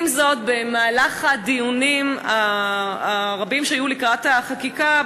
במהלך הדיונים הרבים שהיו לקראת החקיקה,